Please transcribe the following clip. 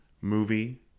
Movie